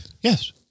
Yes